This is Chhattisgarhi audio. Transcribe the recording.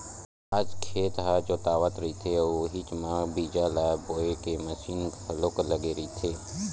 आज खेत ह जोतावत रहिथे अउ उहीच म बीजा ल बोए के मसीन घलोक लगे रहिथे